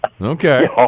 Okay